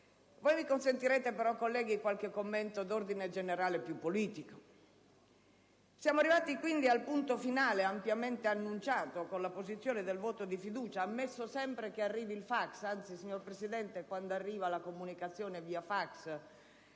Mi consentirete, però, colleghi, qualche commento politico di ordine più generale. Siamo arrivati quindi al punto finale, ampiamente annunciato, con l'apposizione della questione di fiducia, ammesso sempre che arrivi il fax. Anzi, signor Presidente, quando arriva la comunicazione via fax